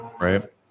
Right